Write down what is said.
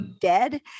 dead